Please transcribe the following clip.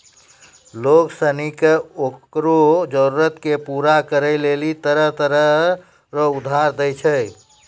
लोग सनी के ओकरो जरूरत के पूरा करै लेली तरह तरह रो उधार दै छै